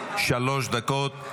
שלוש דקות.